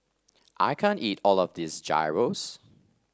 I can't eat all of this Gyros